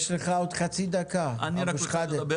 יש לכם עוד חצי דקה, חבר הכנסת אבו שחאדה.